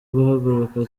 guhaguruka